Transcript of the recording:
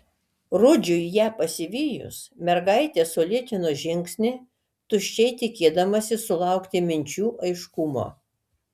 rudžiui ją pasivijus mergaitė sulėtino žingsnį tuščiai tikėdamasi sulaukti minčių aiškumo